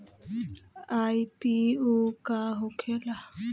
IPO का होखेला?